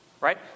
Right